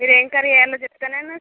మీరేం కర్రీ చేయాలో చెప్తే నేను